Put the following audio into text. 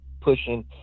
pushing